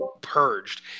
purged